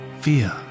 fear